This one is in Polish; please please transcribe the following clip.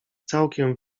całkiem